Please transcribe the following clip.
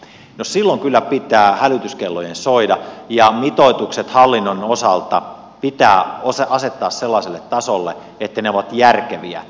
no silloin kyllä pitää hälytyskellojen soida ja mitoitukset hallinnon osalta pitää asettaa sellaiselle tasolle että ne ovat järkeviä